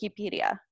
Wikipedia